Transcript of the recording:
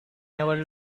never